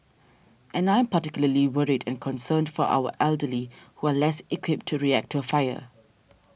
and I'm particularly worried and concerned for our elderly who are less equipped to react to a fire